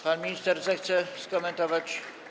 Pan minister zechce skomentować?